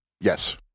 Yes